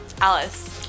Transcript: Alice